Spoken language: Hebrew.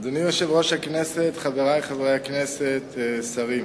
אדוני יושב-ראש הכנסת, חברי חברי הכנסת, שרים,